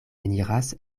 eniras